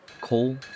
coal